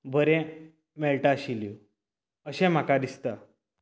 बरें मेळटा आशिल्ल्यो अशें म्हाका दिसता